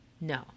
No